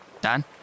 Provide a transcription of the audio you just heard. Dan